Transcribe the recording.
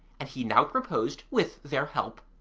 and he now proposed, with their help,